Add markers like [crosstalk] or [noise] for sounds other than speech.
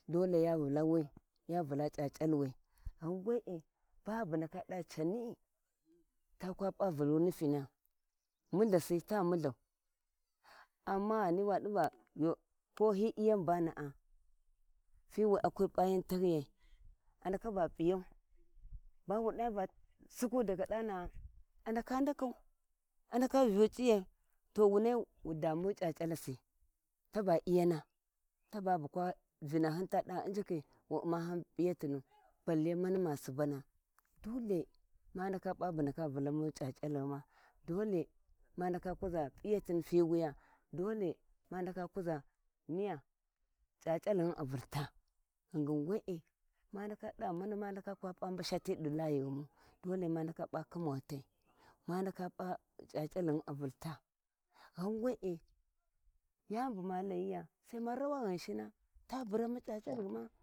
Dole ya vulawi ya vulu cacalwe ghan wee babu dava cai takwa p’a vulu uifyina mudasi ta muha amma ghani wa diva [hesitation] ko hi iya ba na’a fiwi akwi p’a yan tahiyai a ndaka ba piyau bawu dayi va Sikku daga dana a ndaka ndakau a ndaka Vyau c’iya wu nai wu dani c’a c’adasi taba Iyana, taba bu kwa vinaliu ta davainjiki wu unahan p’iyatinu balle mami mu subana, dole ma ndaka p’a bu ndaka Vulamu c’ac’alghuma gole ma ndaka kuza p’iyatin tiwuga, dole ma ndaka kuʒa miya ca c’alghun a Vulta ma ndaka dava ma ndaka kwa mbashati di layighumu dole ma ndaka p’a khimahitai ma ndaku p’a c’ac’alghun a Vulta, ghan wee yani buma layiya sai ma rawa Ghinshina ta burauwu c’acal ghuma.